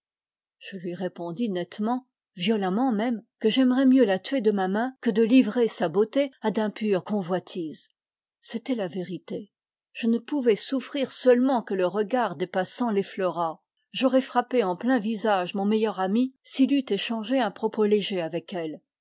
je lui répondis nettement violemment même que j'aimerais mieux la tuer de ma main que de livrer sa beauté à d'impures convoitises c'était la vérité je ne pouvais souffrir seulement que le regard des passans l'effleurât j'aurais frappé en plein visage mon meilleur ami s'il eût échangé un propos léger avec elle